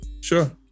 Sure